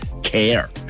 care